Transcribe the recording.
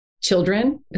children